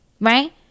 right